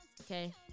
Okay